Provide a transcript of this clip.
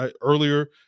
Earlier